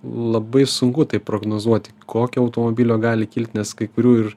labai sunku tai prognozuoti kokio automobilio gali kilti nes kai kurių ir